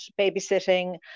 babysitting